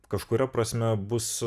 kažkuria prasme bus